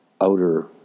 outer